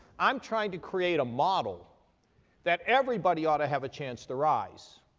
i'm trying to create a model that everybody ought to have a chance to rise.